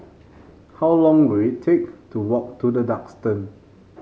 how long will it take to walk to The Duxton